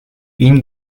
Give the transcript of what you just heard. ihn